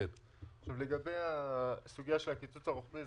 עכשיו, לגבי הסוגיה של הקיצוץ הרוחבי.